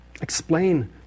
explain